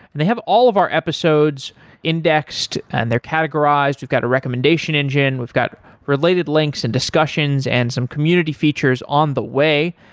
and they have all of our episodes indexed and they're categorized. we've got a recommendation engine, we've got related links and discussions and some community features on the way.